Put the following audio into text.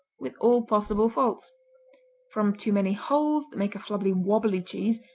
with all possible faults from too many holes, that make a flabby, wobbly cheese,